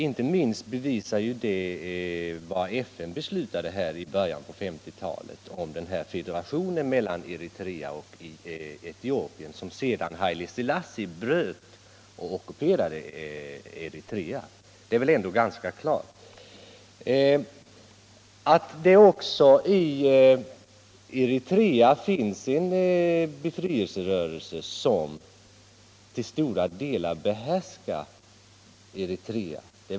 Inte minst bevisas detta förhållande av FN:s beslut i början på 1950-talet om federationen mellan Eritrea och Etiopien som Haile Selassie sedan bröt genom att ockupera Eritrea. Det är väl ändå ganska klart att det också i Eritrea finns en befrielserörelse som till stora delar behärskar Eritrea.